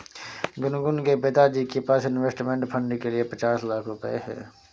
गुनगुन के पिताजी के पास इंवेस्टमेंट फ़ंड के लिए पचास लाख रुपए है